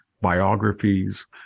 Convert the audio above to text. biographies